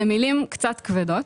אלה מילים קצת כבדות.